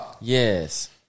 yes